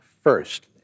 first